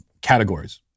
categories